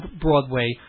Broadway